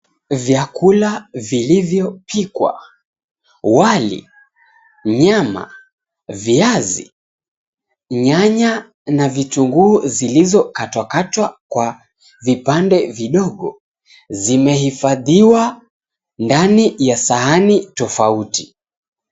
Vyakula vilivyopikwa, wali, nyama, viazi, nyanya na vitunguu, zilizokatwakatwa kwa vipande vidogo zimehifadhiwa ndani ya sahani tofauti.